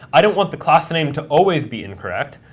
i don't want the class name to always be incorrect.